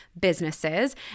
businesses